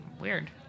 weird